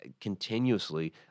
continuously